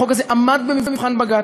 החוק הזה עמד במבחן בג"ץ,